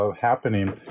happening